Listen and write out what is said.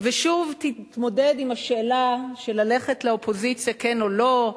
ושוב תתמודד עם השאלה של ללכת לאופוזיציה כן או לא,